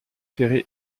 ferrées